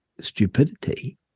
stupidity